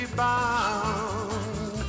bound